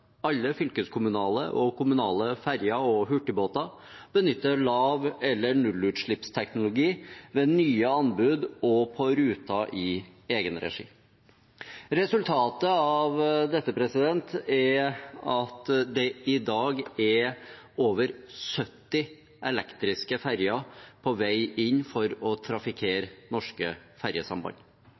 alle fylkeskommunale og kommunale ferger og hurtigbåter benytter lav- eller nullutslippsteknologi ved nye anbud og på ruter i egenregi.» Resultatet av dette er at det i dag er over 70 elektriske ferjer på vei inn for å trafikkere norske ferjesamband.